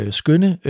skønne